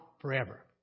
forever